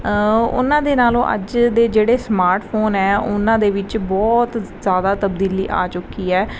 ਉਹਨਾਂ ਦੇ ਨਾਲੋਂ ਅੱਜ ਦੇ ਜਿਹੜੇ ਸਮਾਰਟ ਫੋਨ ਆ ਉਹਨਾਂ ਦੇ ਵਿੱਚ ਬਹੁਤ ਜ਼ਿਆਦਾ ਤਬਦੀਲੀ ਆ ਚੁੱਕੀ ਹੈ